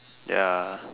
ya